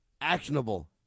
actionable